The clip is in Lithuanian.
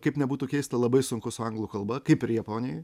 kaip nebūtų keista labai sunku su anglų kalba kaip ir japonijoj